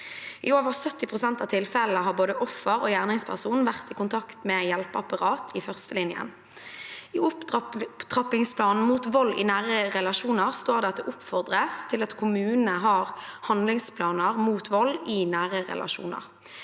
I over 70 pst. av tilfellene har både offer og gjerningsperson vært i kontakt med hjelpeapparat i førstelinja. I opptrappingsplanen mot vold i nære relasjoner står det at det oppfordres til at kommunene har handlingsplaner mot vold i nære relasjoner.